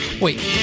Wait